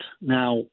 Now